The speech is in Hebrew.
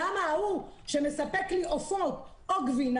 למה ההוא שמספק לי עופות או גבינה,